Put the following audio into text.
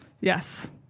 Yes